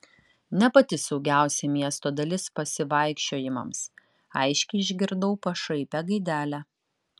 ne pati saugiausia miesto dalis pasivaikščiojimams aiškiai išgirdau pašaipią gaidelę